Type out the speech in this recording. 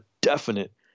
definite